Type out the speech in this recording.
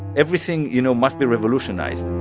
everything, you know, must be revolutionized